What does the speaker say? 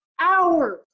hours